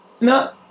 no